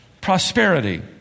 prosperity